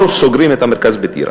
לא סוגרים את המרכז בטירה,